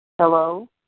Hello